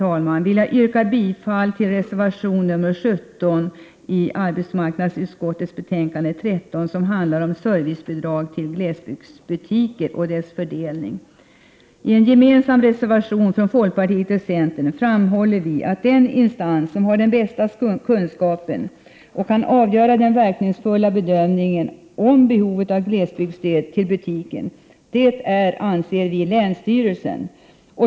Till sist vill jag yrka bifall till reservation 17 i arbetsmarknadsutskottets betänkande 13. Den handlar om fördelningen av servicebidrag till glesbygdsbutiker. I en gemensam reservation från folkpartiet och centern framhåller vi att den instans som har den bästa kunskapen och kan göra den bästa bedömningen av behovet av glesbygdsstöd till butiker är länsstyrelsen.